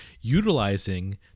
Utilizing